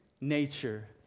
nature